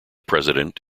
president